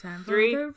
three